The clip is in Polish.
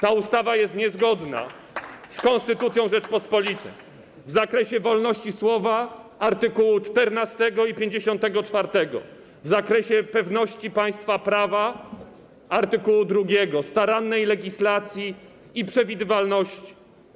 Ta ustawa jest niezgodna z konstytucją Rzeczypospolitej w zakresie wolności słowa - art. 14 i 54, w zakresie pewności państwa prawa - art. 2, oraz starannej legislacji i przewidywalności.